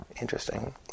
Interesting